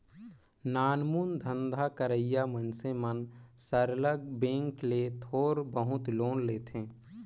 नानमुन धंधा करइया मइनसे मन सरलग बेंक ले थोर बहुत लोन लेथें